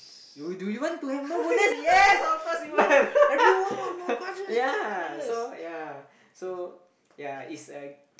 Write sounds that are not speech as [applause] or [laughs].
you do you want to have more bonus yes of course we want [laughs] ya so ya so ya it's a [noise]